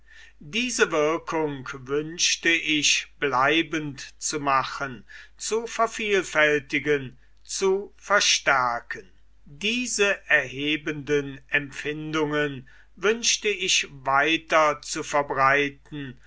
diese wirkung wünschte ich bleibend zu machen zu vervielfältigen zu verstärken diese erhebenden empfindungen wünschte ich weiter zu verbreiten